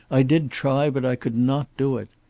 i did try, but i could not do it.